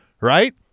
right